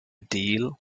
deal